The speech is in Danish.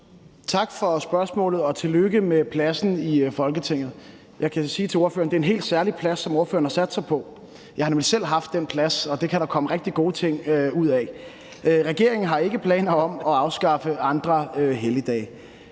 Tak for spørgsmålet, og tillykke med pladsen i Folketinget. Jeg kan sige til ordføreren, at det er en helt særlig plads, som ordføreren har sat sig på. Jeg har nemlig selv haft den plads, og det kan der komme rigtig gode ting ud af. Regeringen har ikke planer om at afskaffe andre helligdage.